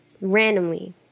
randomly